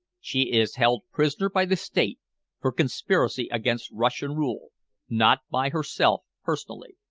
she is held prisoner by the state for conspiracy against russian rule not by herself personally.